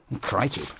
Crikey